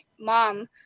mom